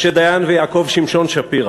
משה דיין ויעקב שמשון שפירא.